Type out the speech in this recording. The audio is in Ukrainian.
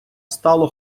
стало